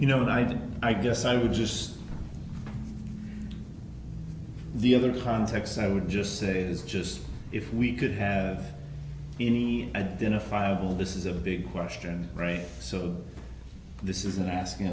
you know and i think i guess i would just the other context i would just say is just if we could have any identifiable this is a big question right so this isn't asking